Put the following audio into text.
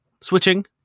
switching